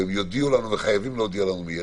והם יודיעו לנו וחייבים להודיע לנו מיידית,